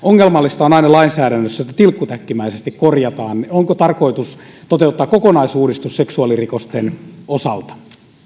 lainsäädännössä on aina ongelmallista että tilkkutäkkimaisesti korjataan niin onko tarkoitus toteuttaa kokonaisuudistus seksuaalirikosten osalta